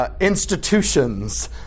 institutions